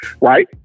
right